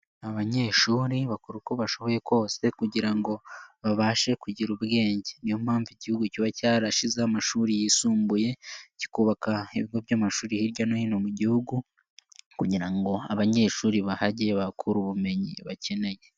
Abanyeshuri bakora uko bashoboye kose kugira ngo babashe kugira ubwenge, niyo mpamvu Igihugu kiba cyarashizeho amashuri yisumbuye, kikubaka ibigo by'amashuri hirya no hino mu Gihugu kugira ngo abanyeshuri bahajye bahakure ubumenyi bakeneye.